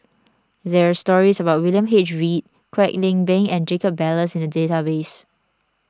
there are stories about William H Read Kwek Leng Beng and Jacob Ballas in the database